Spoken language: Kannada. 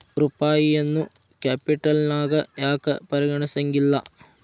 ರೂಪಾಯಿನೂ ಕ್ಯಾಪಿಟಲ್ನ್ಯಾಗ್ ಯಾಕ್ ಪರಿಗಣಿಸೆಂಗಿಲ್ಲಾ?